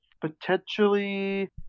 potentially